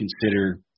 consider